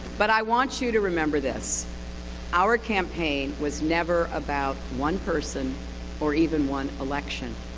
but i want you to remember this our campaign was never about one person or even one election.